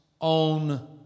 own